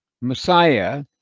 Messiah